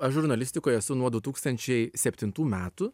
aš žurnalistikoj esu nuo du tūkstančiai septintų metų